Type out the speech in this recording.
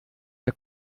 der